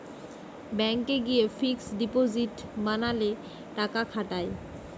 ব্যাংকে গিয়ে fixed deposit বানালে টাকা খাটায়